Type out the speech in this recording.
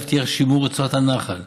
להבטיח את שימור רצועת הנחל,